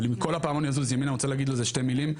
אבל אם כל הפעמון יזוז ימינה אני רוצה להגיד על זה שתי מילים,